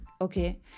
okay